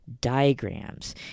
diagrams